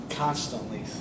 Constantly